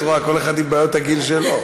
את רואה, כל אחד עם בעיות הגיל שלו.